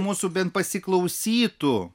mūsų bent pasiklausytų